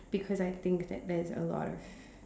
because I think there is a lot